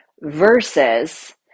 versus